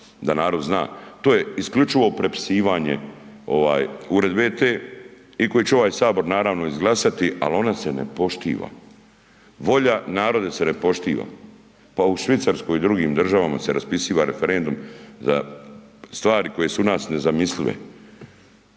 da narod zna, to je isključivo prepisivanje uredbe te i koji će ovaj Sabor naravno izglasati ali ona se ne poštiva. Volja naroda se ne poštiva. Pa u Švicarskoj i drugim državama se raspisuje referendum za stvari koje su u nas nezamislive